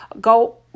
Go